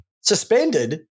suspended